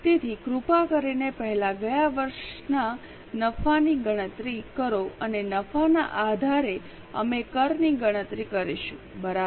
તેથી કૃપા કરીને પહેલા ગયા વર્ષના નફાની ગણતરી કરો અને નફાના આધારે અમે કરની ગણતરી કરીશું બરાબર